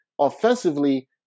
offensively